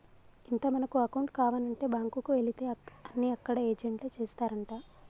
ఇంత మనకు అకౌంట్ కావానంటే బాంకుకు ఎలితే అన్ని అక్కడ ఏజెంట్లే చేస్తారంటా